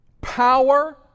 power